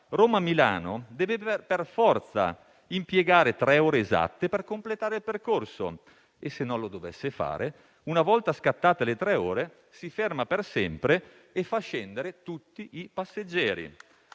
Roma-Milano deve per forza impiegare tre ore esatte per completare il percorso e, se non lo dovesse fare, una volta scattate le tre ore, si ferma per sempre e fa scendere tutti i passeggeri,